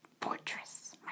Fortress